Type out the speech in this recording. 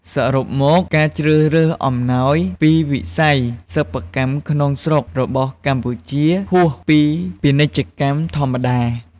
សរុបមក ការជ្រើសរើសអំណោយពីវិស័យសិប្បកម្មក្នុងស្រុករបស់កម្ពុជា ហួសពីពាណិជ្ជកម្មធម្មតា។